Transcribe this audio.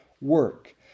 work